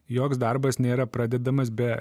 joks darbas nėra pradedamas be